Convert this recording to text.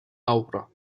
avro